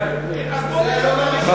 אז בוא,